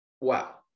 wow